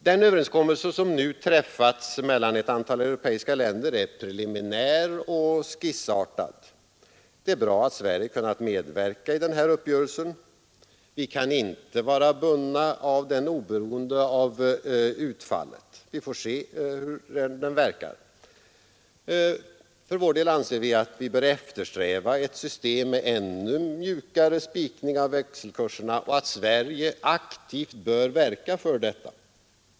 Den överenskommelse som nu har träffats mellan ett antal europeiska länder är preliminär och skissartad. Det är bra att Sverige har kunnat medverka i denna uppgörelse. Vi kan inte vara bundna av den oberoende av utfallet; vi får se hur den verkar. För vår del anser vi att vi bör eftersträva ett system med ännu mjukare spikning av växelkurserna och att Sverige aktivt bör verka för detta.